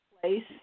place